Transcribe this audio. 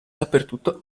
dappertutto